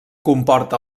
comporta